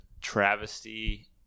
travesty